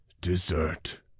dessert